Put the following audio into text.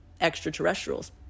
extraterrestrials